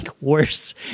worse